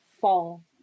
fall